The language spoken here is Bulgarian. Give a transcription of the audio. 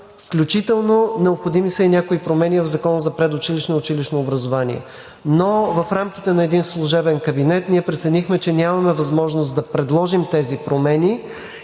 включително необходими ли са някои промени в Закона за предучилищното и училищното образование. Но в рамките на един служебен кабинет ние преценихме, че нямаме възможност да предложим тези промени,